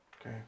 Okay